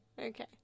Okay